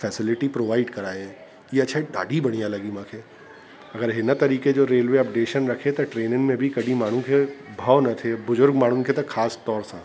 facility provide कराए इहा शइ ॾाढी बढ़िया लॻी मूंखे अगरि हिन तरीके जो रेलवे अपडेशन रखे त ट्रेनियुनि में बि कॾहिं माण्हुन खे भउ न ते बुज़ुर्ग माण्हुनि खे त ख़ासि तौर सां